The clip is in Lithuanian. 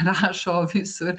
rašo visur